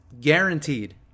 guaranteed